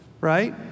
right